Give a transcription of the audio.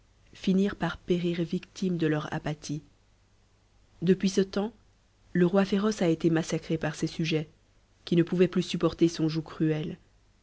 finirent par périr victimes de leur apathie depuis ce temps le roi féroce a été massacré par ses sujets qui ne pouvaient plus supporter son joug cruel